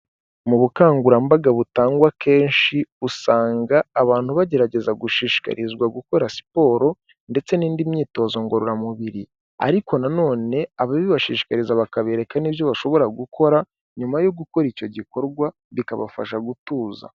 Mu bukangurambaga butangwa akenshi, usanga abantu bagerageza gushishikarizwa gukora siporo ndetse n'indi myitozo ngororamubiri, ariko na none ababibashishikariza bakabereka n'ibyo bashobora gukora, nyuma yo gukora icyo gikorwa bikabafasha gutuza.